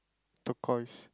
turquoise